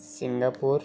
Singapore